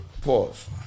Pause